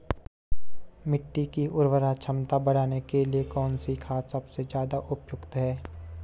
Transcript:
मिट्टी की उर्वरा क्षमता बढ़ाने के लिए कौन सी खाद सबसे ज़्यादा उपयुक्त है?